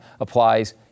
applies